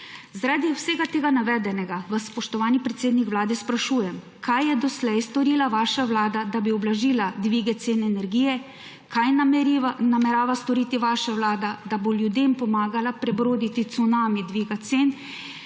Zaradi vsega tega navedenega, vas, spoštovani predsednik vlade, sprašujem: Kaj je doslej storila vaša vlada, da bi ublažila dvige cen energije? Kaj namerava storiti vaša vlada, da bo ljudem pomagala prebroditi cunami dviga cen?